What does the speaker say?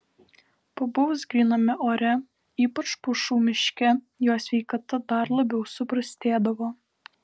pabuvus gryname ore ypač pušų miške jo sveikata dar labiau suprastėdavo